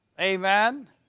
Amen